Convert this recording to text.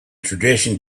tradition